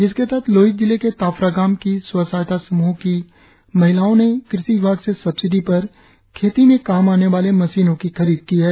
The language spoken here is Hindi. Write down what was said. जिसके तहत लोहित जिले के ताफरागाम की स्व सहायता समूहो की महिलाओ ने कृषि विभाग से सब्डिडी पर खेती में काम आने वाले मशीनों की खरीद की है